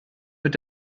mit